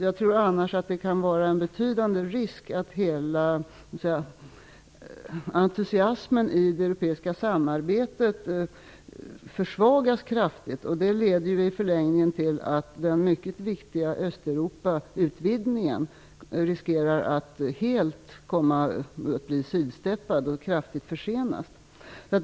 Jag tror annars att det kan vara en betydande risk att hela entusiasmen i det europeiska samarbetet försvagas kraftigt. Det leder i förlängningen till att den mycket viktiga Östeuropautvidgningen riskerar att bli helt sidsteppad och kraftigt försenad.